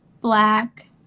black